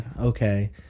okay